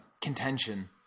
contention